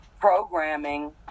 programming